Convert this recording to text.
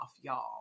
y'all